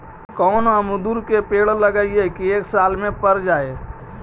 कोन अमरुद के पेड़ लगइयै कि एक साल में पर जाएं?